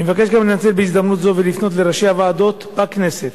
אני מבקש גם לנצל הזדמנות זו ולפנות לראשי הוועדות בכנסת